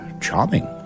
charming